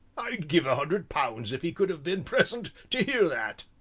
i'd give a hundred pounds if he could have been present to hear that,